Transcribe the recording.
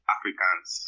Africans